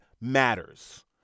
matters